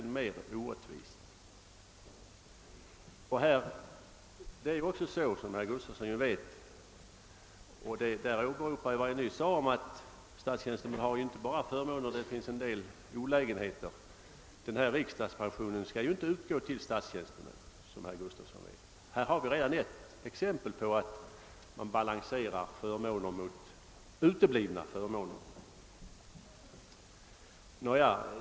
Som herr Gustavsson vet, och som jag nyss talade om, är det inte bara förmåner med statlig tjänst. Det är också en del olägenheter med den. Riksdagspension skall som bekant inte utgå till statstjänstemän. Redan där har vi alltså ett exempel på att förmåner och uteblivna förmåner balanseras.